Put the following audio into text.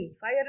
Fire